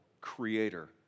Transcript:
creator